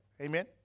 Amen